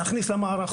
להכניס למערכות.